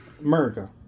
America